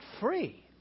free